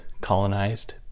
colonized